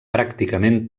pràcticament